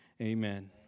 amen